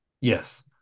Yes